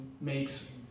makes